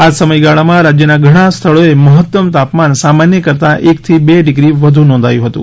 આજ સમયગાળામાં રાજ્યના ઘણા સ્થળોએ મહત્તમ તાપમાન સામાન્ય કરતાં એકથી બે ડિગ્રી વધુ નોંધાયું હતું